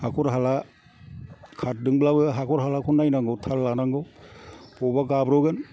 हाख'र हाला खारदोंब्लाबो हाख'र हालाखौ नायनांगौ थाल लानांगौ बबेबा गाब्र'गोन